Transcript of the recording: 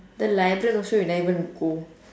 the librarian also we never even go